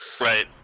Right